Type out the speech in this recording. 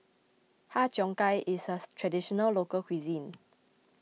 Har Cheong Gai is a Traditional Local Cuisine